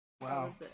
wow